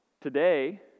Today